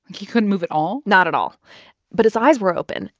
he couldn't move at all? not at all but his eyes were open.